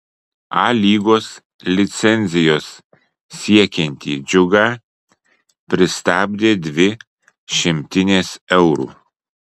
a lygos licencijos siekiantį džiugą pristabdė dvi šimtinės eurų